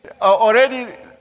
already